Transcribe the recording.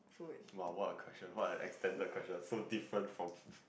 !wow! what a question what an extended question so different from